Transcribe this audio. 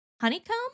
Honeycomb